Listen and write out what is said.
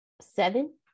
Seven